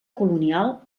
colonial